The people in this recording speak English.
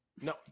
No